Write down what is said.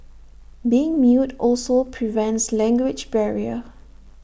being mute also prevents language barrier